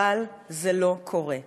אבל זה לא קורה,